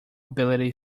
ability